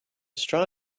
straw